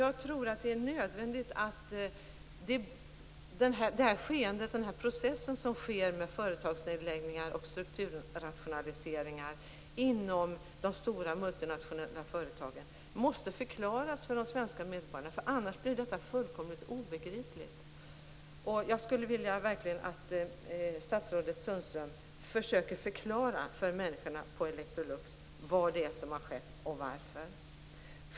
Jag tror att det är nödvändigt att förklara de företagsnedläggningar och strukturrationaliseringar som sker inom de stora multinationella företagen för de svenska medborgarna. Annars blir detta fullkomligt obegripligt. Jag skulle verkligen vilja att statsrådet Sundström försökte förklara för människorna på Electrolux vad det är som har skett och varför.